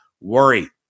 worry